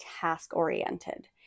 task-oriented